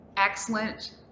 Excellent